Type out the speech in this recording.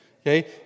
Okay